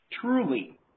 truly